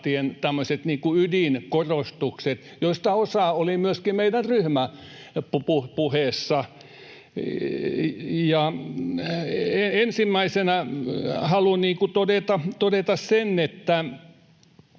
ydinkorostukset, joista osa oli myöskin meidän ryhmäpuheessa. Ensimmäisenä haluan todeta sen, että